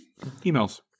Emails